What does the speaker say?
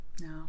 No